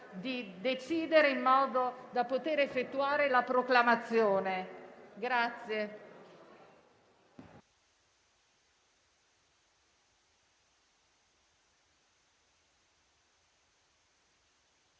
di decidere in modo da poter effettuare la proclamazione. *(La